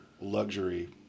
luxury